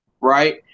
right